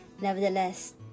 Nevertheless